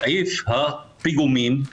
סעיף הפיגומים,